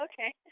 okay